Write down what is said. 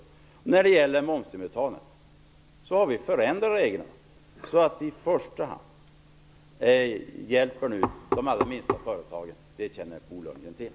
När det gäller momsinbetalningen har vi förändrat reglerna så att vi nu i första hand hjälper de minsta företagen, och det känner Bo Lundgren till.